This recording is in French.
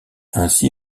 ainsi